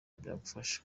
byagufasha